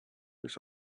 this